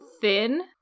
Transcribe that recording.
thin